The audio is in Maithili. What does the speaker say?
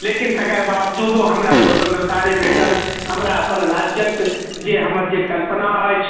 लेकिन तकर बावजूदो हमरा स्वतन्त्रता नहि भेटल हमरा अपन राज्यके जे हमर कल्पना अछि